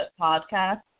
podcast